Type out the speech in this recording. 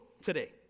today